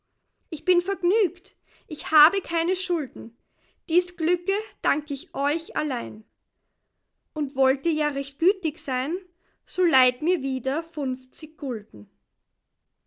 ich bin vergnügt ich habe keine schulden dies glücke dank ich euch allein und wollt ihr ja recht gütig sein so leiht mir wieder funfzig